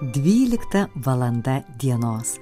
dvylikta valanda dienos